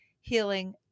Healing